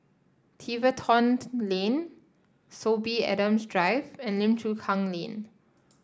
Tiverton Lane Sorby Adams Drive and Lim Chu Kang Lane